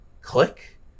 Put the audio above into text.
Click